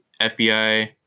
FBI